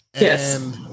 Yes